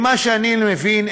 ממה שאני מבין,